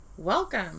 Welcome